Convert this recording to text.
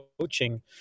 coaching